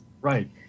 Right